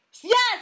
Yes